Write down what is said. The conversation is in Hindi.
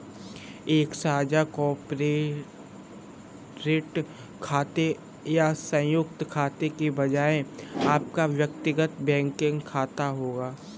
एक साझा कॉर्पोरेट खाते या संयुक्त खाते के बजाय आपका व्यक्तिगत बैंकिंग खाता होगा